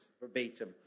verbatim